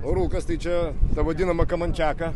rūkas tai čia ta vadinama kamančiaka